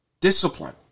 Discipline